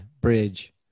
bridge